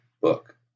book